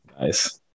Nice